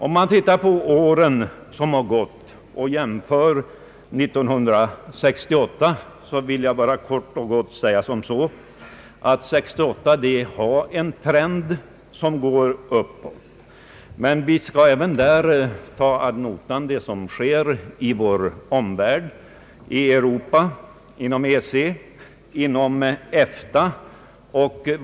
Jämfört med de närmast föregående åren kan man konstatera att trenden på arbetsmarknaden under år 1968 har pekat uppåt. Men vi skall även ta ad notam det som sker i vår omvärld, i Europa, inom EFTA och EEC.